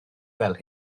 fel